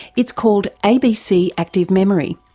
it's called abc active memory.